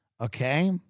Okay